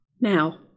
Now